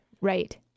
Right